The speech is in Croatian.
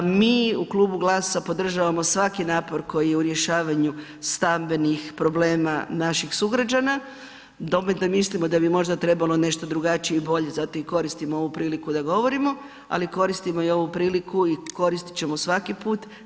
Mi u Klubu GLAS-a podržavamo svaki napor koji je u rješavanju stambenih problema naših sugrađana, da opet ne mislimo da bi možda trebalo nešto drugačije i bolje, zato i koristim ovu priliku da govorimo, ali koristimo i ovu priliku i koristit ćemo svaki put.